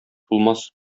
булмас